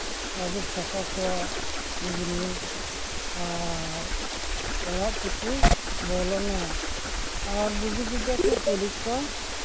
ᱟᱹᱵᱩᱠ ᱥᱟᱯᱷᱟ ᱠᱚᱣᱟ ᱟᱨ ᱚᱲᱟᱜ ᱛᱮᱠᱚ ᱵᱚᱞᱚᱱᱟ ᱟᱨ ᱵᱩᱜᱤ ᱡᱩᱫᱟᱹ ᱠᱚ ᱠᱩᱞᱤ ᱠᱚᱣᱟ